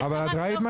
אדוני,